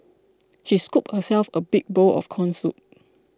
she scooped herself a big bowl of Corn Soup